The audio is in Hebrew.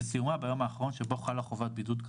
וסיומה ביום האחרון שבו חלה חובת בידוד,